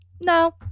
No